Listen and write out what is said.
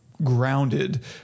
grounded